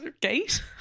gate